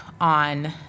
on